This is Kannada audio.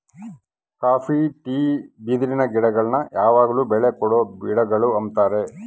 ಕಾಪಿ ಟೀ ಬಿದಿರಿನ ಗಿಡಗುಳ್ನ ಯಾವಗ್ಲು ಬೆಳೆ ಕೊಡೊ ಗಿಡಗುಳು ಅಂತಾರ